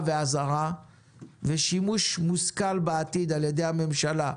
ואזהרה ושימוש מושכל בעתיד על ידי הממשלה,